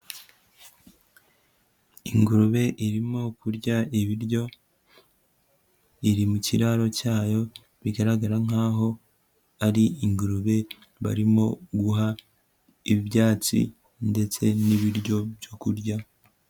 Ingurube irimo kurya ibiryo, iri mu kiraro cyayo bigaragara nkaho ari ingurube barimo guha ibyatsi ndetse n'ibiryo byo kurya.